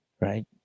Right